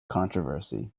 controversy